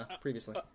previously